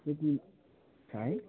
त्यति छ है